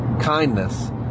kindness